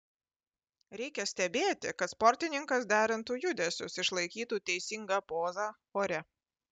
reikia stebėti kad sportininkas derintų judesius išlaikytų teisingą pozą ore